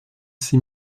six